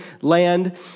land